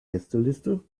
gästeliste